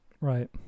Right